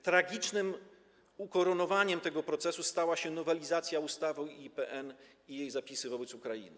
Tragicznym ukoronowaniem tego procesu stała się nowelizacja ustawy o IPN i jej zapisy wobec Ukrainy.